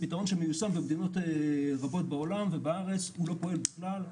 והוא פיתרון שמיושם במדינות רבות בעולם בוארץ הוא לא פועל בכלל.